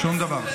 שום דבר.